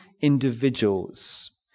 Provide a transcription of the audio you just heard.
individuals